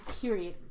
period